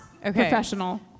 Professional